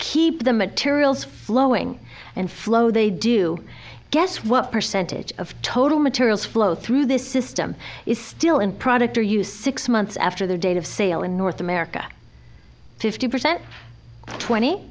keep the materials flowing and flow they do guess what percentage of total materials flow through this system is still in product or use six months after their date of sale in north america fifty percent twenty